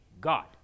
God